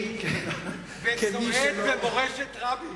וצועד במורשת רבין.